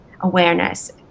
awareness